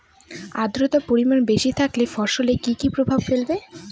আদ্রর্তার পরিমান বেশি থাকলে ফসলে কি কি প্রভাব ফেলবে?